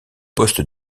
poste